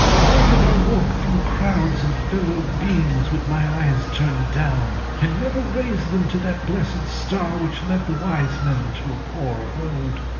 why did i walk through crowds of fellow-beings with my eyes turned down, and never raise them to that blessed star which led the wise men to a poor abode!